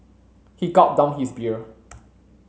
he gulped down his beer